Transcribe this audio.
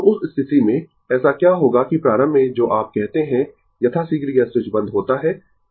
तो उस स्थिति में ऐसा क्या होगा कि प्रारंभ में जो आप कहते है यथाश्रीघ्र यह स्विच बंद होता है